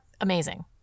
amazing